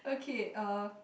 okay uh